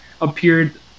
Appeared